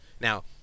Now